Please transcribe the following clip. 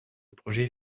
projet